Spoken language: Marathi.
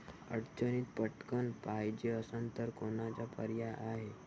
अडचणीत पटकण पायजे असन तर कोनचा पर्याय हाय?